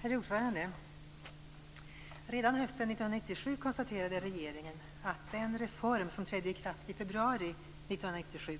Herr talman! Redan hösten 1997 konstaterade regeringen att den reform som trädde i kraft i februari 1997